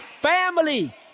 family